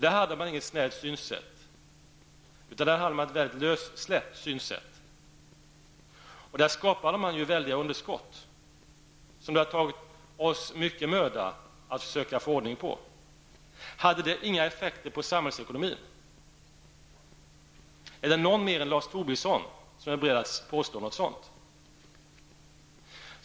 Då hade man inget snävt synsätt, utan ett lössläppt synsätt, och man skapade väldiga underskott som det tagit oss mycket möda att söka få ordning på. Hade detta inga effekter på samhällsekonomin? Är det någon mer än Lars Tobisson som vill påstå något sådant?